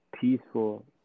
peaceful